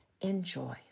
Enjoy